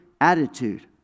attitude